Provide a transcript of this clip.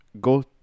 go